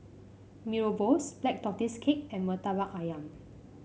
Mee Rebus Black Tortoise Cake and Murtabak ayam